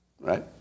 Right